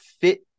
fit